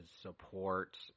support